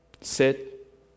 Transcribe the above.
sit